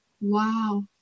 Wow